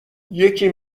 یکی